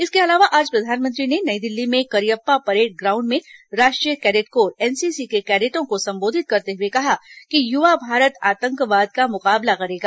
इसके अलावा आज प्रधानमंत्री ने नई दिल्ली में करिअप्पा परेड ग्राउंड में राष्ट्रीय कैंडेट कोर एनसीसी के कैंडटों को संबोधित करते हुए कहा कि युवा भारत आतंकवाद का मुकाबला करेगा